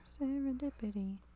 Serendipity